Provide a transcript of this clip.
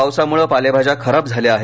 पावसामुळे पालेभाज्या खराब झाल्या आहेत